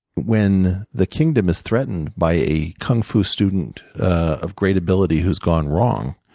when the kingdom is threatened by a kung fu student of great ability who's gone wrong,